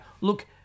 look